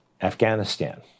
Afghanistan